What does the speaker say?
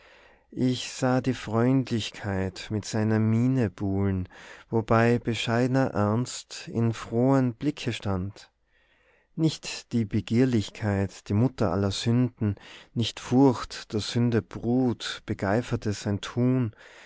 ich sah die freundlichkeit mit seiner miene buhlen wobei bescheidner ernst in frohem blicke stand nicht die begierlichkeit die mutter aller sünden nicht furcht der sünde brut begeiferte sein tun